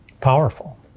powerful